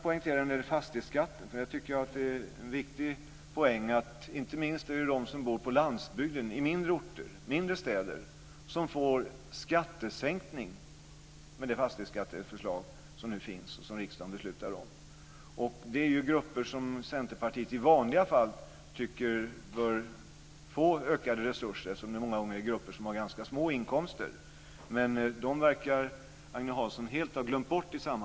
När det gäller fastighetsskatten tycker jag att det är en viktig poäng att inte minst de som bor på landsbygden och i mindre orter och städer får en skattesänkning med det fastighetsskatteförslag som nu finns och som riksdagen beslutar om. Det är grupper som Centerpartiet i vanliga fall tycker bör få ökade resurser eftersom det många gånger är grupper som har ganska små inkomster. Men de verkar Agne Hansson helt ha glömt bort.